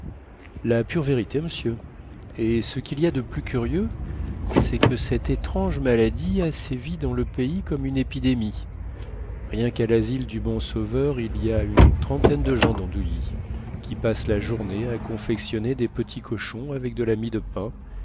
la pure vérité monsieur et ce quil y a de plus curieux cest que cette étrange maladie a sévi dans le pays comme une épidémie rien quà lasile du bon sauveur il y a une trentaine de gens dandouilly qui passent la journée à confectionner des petits cochons avec de la mie de pain